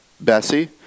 Bessie